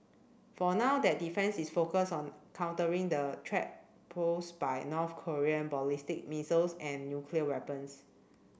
for now that defence is focused on countering the threat posed by North Korean ballistic missiles and nuclear weapons